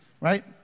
Right